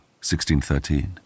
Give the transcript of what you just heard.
1613